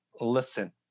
listen